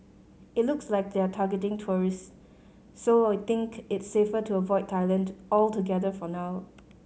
it looks like they're targeting tourists so we think it's safer to avoid Thailand altogether for now